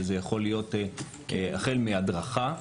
שזה יכול להיות החל מהדרכה,